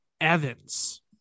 Evans